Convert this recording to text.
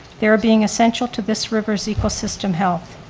their being essential to this river's ecosystem health.